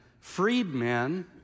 freedmen